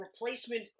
replacement